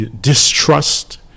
distrust